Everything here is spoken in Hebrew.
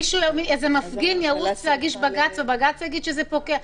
איזה מפגין ירוץ להגיש בג"ץ ובג"ץ יגיד שזה פוקע?